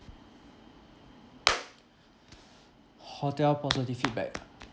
hotel positive feedback